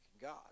God